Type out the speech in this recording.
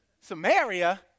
Samaria